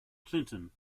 clinton